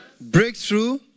breakthrough